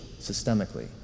systemically